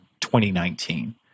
2019